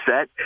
set